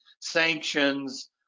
sanctions